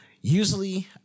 usually